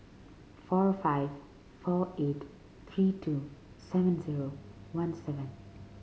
four five four eight three two seven zero one seven